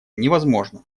невозможно